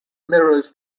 mirrors